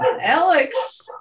alex